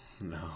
no